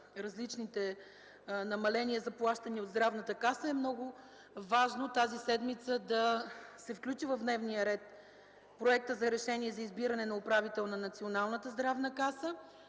различните намаления, заплащани от Здравната каса, е много важно тази седмица да се включи в дневния ред Проектът за решение за избиране на управител на Националната здравна каса.